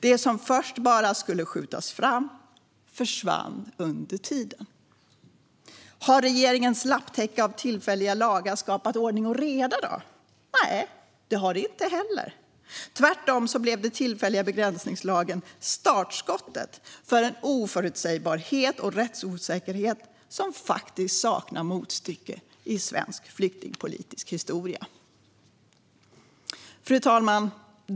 Det som först bara skulle skjutas fram försvann under tiden. Har då regeringens lapptäcke av tillfälliga lagar skapat ordning och reda? Nej, det har det inte heller. Tvärtom blev den tillfälliga begränsningslagen startskottet för en oförutsägbarhet och rättsosäkerhet som saknar motstycke i svensk flyktingpolitisk historia. Fru talman!